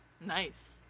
nice